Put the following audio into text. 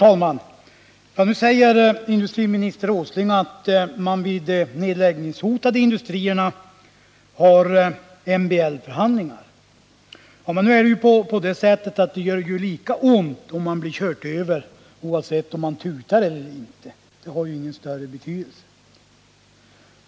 Fru talman! Nu säger industriminister Åsling att man har MBL förhandlingar vid de nedläggningshotade industrierna. Men det gör ju lika ont att bli överkörd oavsett om den som kör över en har tutat först eller inte.